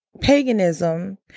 paganism